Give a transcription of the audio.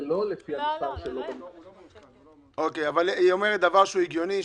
ולא לפי- -- אבל היא אומרת דבר שהוא הגיוני,